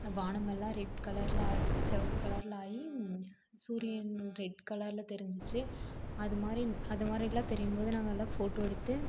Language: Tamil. வானமெல்லாம் ரெட் கலரில் சிவப்பு கலரில் ஆகி சூரியன் ரெட் கலரில் தெரிஞ்சுச்சு அது மாதிரி அது மாதிரிலாம் தெரியும் போது நாங்கெல்லாம் போட்டோ எடுத்து